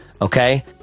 okay